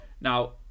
Now